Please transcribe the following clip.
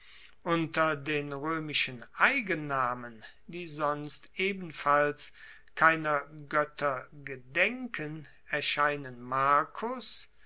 unter den roemischen eigennamen die sonst ebenfalls keiner goetter gedenken erscheinen